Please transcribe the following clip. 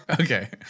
Okay